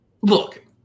look